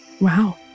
Wow